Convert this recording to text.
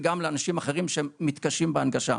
וגם לאנשים אחרים שמתקשים בהנגשה.